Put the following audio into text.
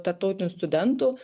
tarptautinių studentų